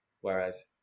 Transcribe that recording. Whereas